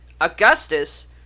Augustus